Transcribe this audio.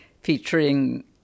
featuring